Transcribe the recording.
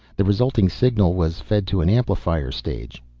the resulting signal was fed to an amplifier stage.